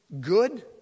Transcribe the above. good